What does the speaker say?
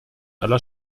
aller